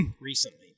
recently